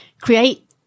create